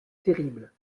terrible